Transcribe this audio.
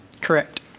Correct